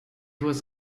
was